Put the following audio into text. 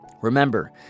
Remember